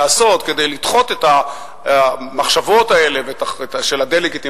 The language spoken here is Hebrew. כדי לדחות את המחשבות האלה של הדה-לגיטימציה.